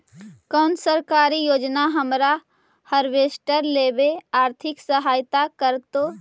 कोन सरकारी योजना हमरा हार्वेस्टर लेवे आर्थिक सहायता करतै?